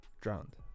Drowned